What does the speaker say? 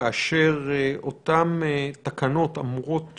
כאשר אותן תקנות אמורות